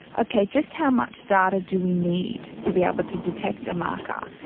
okay, just how much data do we need to be able to detect a marker?